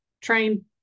train